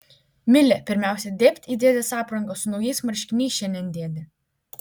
milė pirmiausia dėbt į dėdės aprangą su naujais marškiniais šiandien dėdė